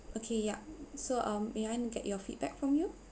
okay yeah so um may I get your feedback from you